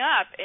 up